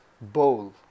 bowl